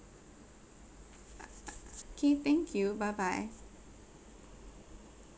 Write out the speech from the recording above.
K thank you bye bye